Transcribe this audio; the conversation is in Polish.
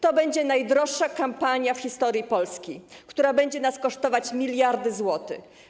To będzie najdroższa kampania w historii Polski, która będzie nas kosztować miliardy złotych.